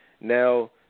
Now